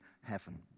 heaven